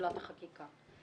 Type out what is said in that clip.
פעולת החקיקה.